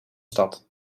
stad